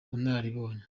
bunararibonye